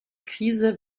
krise